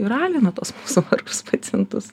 ir alina tuos mūsų vargšus pacientus